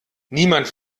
niemand